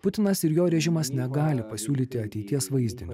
putinas ir jo režimas negali pasiūlyti ateities vaizdinio